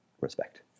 respect